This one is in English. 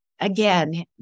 again